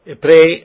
Pray